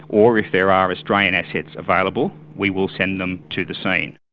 or, if there are australian assets available, we will send them to the scene.